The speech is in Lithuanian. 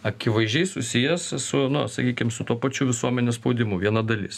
akivaizdžiai susijęs su nu sakykim su tuo pačiu visuomenės spaudimu viena dalis